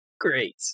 Great